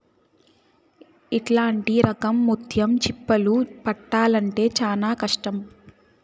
ఇట్లాంటి రకం ముత్యం చిప్పలు పట్టాల్లంటే చానా కష్టం